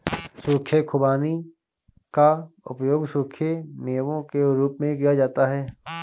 सूखे खुबानी का उपयोग सूखे मेवों के रूप में किया जाता है